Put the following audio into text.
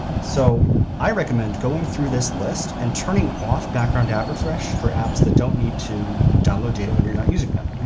so i recommend going through this list and turning off background app refresh for apps that don't need to download data when you're not using them.